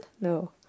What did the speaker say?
No